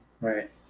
Right